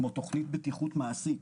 כמו תוכנית בטיחות מעשית,